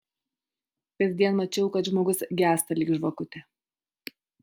kasdien mačiau kad žmogus gęsta lyg žvakutė